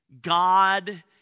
God